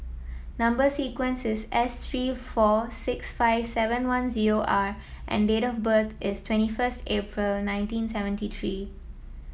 number sequence is S three four six five seven one zero R and date of birth is twenty first April nineteen seventy three